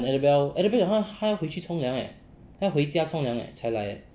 等 adabel adabel 有她她要回去冲凉 eh 她要回家冲凉 eh 才来 eh